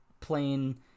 plain